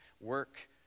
work